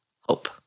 hope